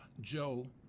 Joe